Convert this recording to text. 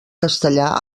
castellà